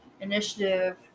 initiative